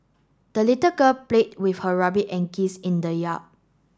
the little girl played with her rabbit and geese in the yard